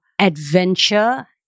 adventure